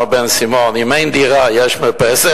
מר בן-סימון: אם אין דירה יש מרפסת?